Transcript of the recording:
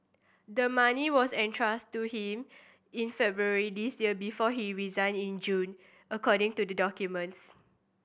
the money was entrusted to him in February this year before he resigned in June according to the documents